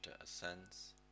ascends